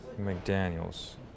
McDaniel's